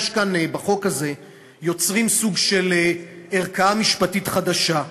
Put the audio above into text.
בחוק הזה יוצרים סוג של ערכאה משפטית חדשה,